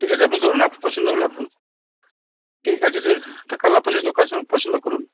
ঠিক আছে আপনি ধরুন আপনার পছন্দ হলে আপনি ঠিক আছে দেখুন তা কালার পছন্দ পছন্দ করুন